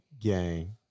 gang